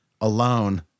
alone